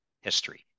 history